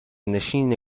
نشین